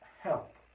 Help